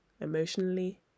emotionally